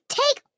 take